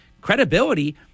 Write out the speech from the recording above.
credibility